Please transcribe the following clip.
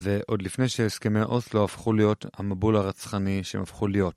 ועוד לפני שהסכמי אוסלו הפכו להיות המבול הרצחני שהם הפכו להיות.